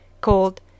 called